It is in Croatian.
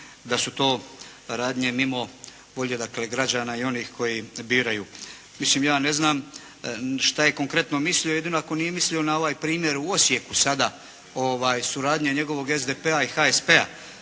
da su to radnje mimo volje dakle građana i onih koji biraju. Mislim ja ne znam što je konkretno mislio, jedino ako nije mislio na ovaj primjer u Osijeku sada suradnja njegovog SDP-a i HSP-a.